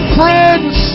friends